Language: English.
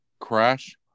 crash